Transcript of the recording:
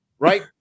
Right